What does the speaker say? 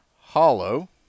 hollow